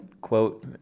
quote